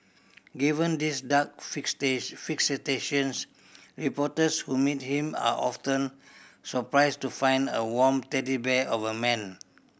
given these dark fixations reporters who meet him are often surprised to find a warm teddy bear of a man